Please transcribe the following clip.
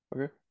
Okay